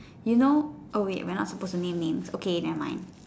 you know oh wait we're not supposed to name names okay never mind